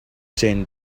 jane